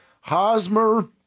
Hosmer